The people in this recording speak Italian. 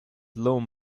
lawn